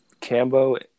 Cambo